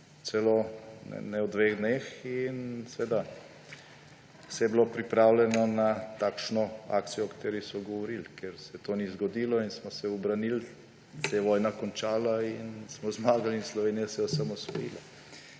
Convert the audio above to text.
celo ne v dveh dneh. In seveda je bilo vse pripravljeno na takšno akcijo, o kateri so govorili. Ker se to ni zgodilo in smo se ubranili, se je vojna končala in smo zmagali in Slovenija se je osamosvojila.